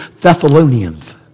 Thessalonians